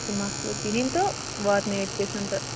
مَسلہٕ کِہیٖنۍ تہٕ واتنے یٲتۍ گژھن تہٕ